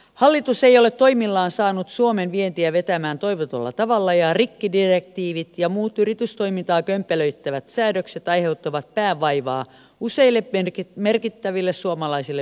hallitus ei ole toimillaan saanut suomen vientiä vetämään toivotulla tavalla ja rikkidirektiivit ja muut yritystoimintaa kömpelöittävät säädökset aiheuttavat päänvaivaa useille merkittäville suomalaisille vientiyrityksille